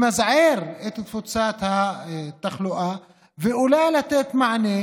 למזער את תפוצת התחלואה ואולי לתת מענה,